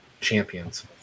champions